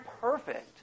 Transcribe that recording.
perfect